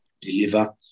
deliver